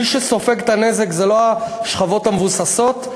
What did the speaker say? מי שסופג את הנזק זה לא השכבות המבוססות,